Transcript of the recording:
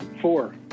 four